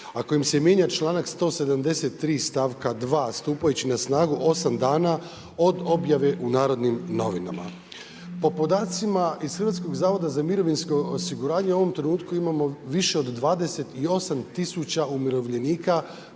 a kojim se mijenja članak 173. stavka 2. stupajući na snagu 8 dana od objave u Narodnim novinama. Po podacima iz Hrvatskog zavoda za mirovinsko